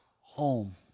home